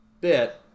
bit